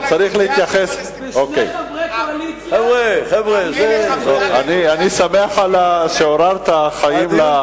ושני חברי קואליציה, אני שמח שעוררת חיים בכנסת.